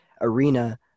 arena